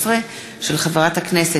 דב חנין,